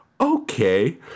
okay